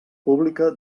pública